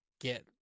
get